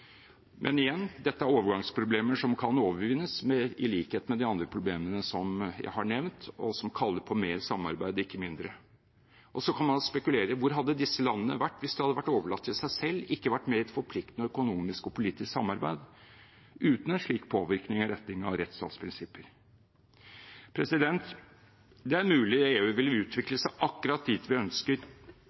Men igjen: Dette er overgangsproblemer som kan overvinnes, i likhet med de andre problemene som jeg har nevnt, og som kaller på mer samarbeid, ikke mindre. Så kan man spekulere på hvor disse landene hadde vært hvis de hadde vært overlatt til seg selv og ikke vært med i et forpliktende økonomisk og politisk samarbeid uten en slik påvirkning i retning av rettsstatsprinsipper. Det er mulig EU vil utvikle seg akkurat dit vi ønsker